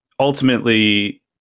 Ultimately